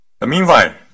meanwhile